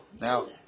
Now